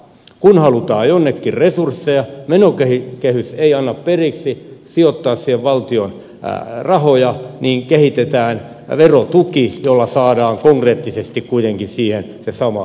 kun halutaan jonnekin resursseja ja menokehys ei anna periksi sijoittaa siihen valtion rahoja niin kehitetään verotuki jolla saadaan konkreettisesti kuitenkin siihen se sama hyöty